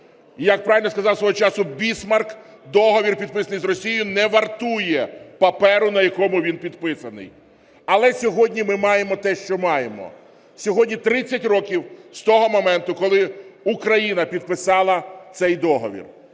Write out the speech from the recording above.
Як правильно сказав свого часу Бісмарк, "договір, підписаний з Росією, не вартує паперу, на якому він підписаний". Але сьогодні ми маємо, те, що маємо. Сьогодні 30 років з того моменту, коли Україна підписала цей договір.